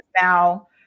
Now